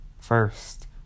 first